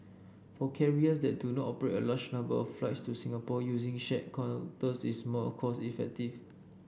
for carriers that do not operate a large number of flights to Singapore using shared counters is more cost effective